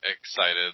excited